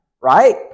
right